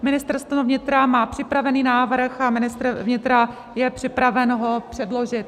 Ministerstvo vnitra má připravený návrh a ministr vnitra je připraven ho předložit.